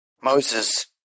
Moses